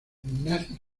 nadie